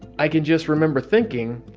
i can just remember thinking